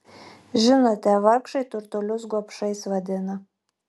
žinote vargšai turtuolius gobšais vadina